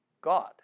God